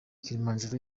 kalinijabo